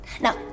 Now